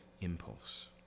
impulse